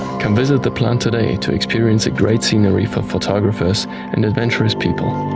come visit the plant today to experience a great scenery for photographers and adventurous people.